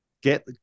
get